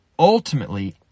Ultimately